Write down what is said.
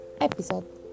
episode